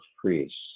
priests